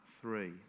three